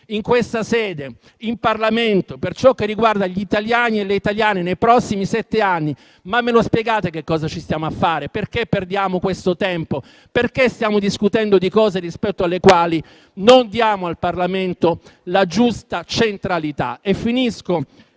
in questa sede, in Parlamento, per ciò che riguarda gli italiani e le italiane nei prossimi sette anni, mi spiegate cosa ci stiamo allora a fare? Perché perdiamo questo tempo? Perché stiamo discutendo di cose in merito alle quali non diamo al Parlamento la giusta centralità? Mi avvio